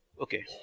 Okay